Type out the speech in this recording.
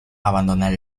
abandonar